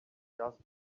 doesn’t